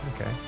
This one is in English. Okay